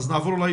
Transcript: זהו שולחן משנה